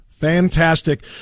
Fantastic